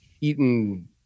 eaten